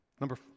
Number